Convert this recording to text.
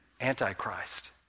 Antichrist